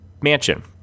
mansion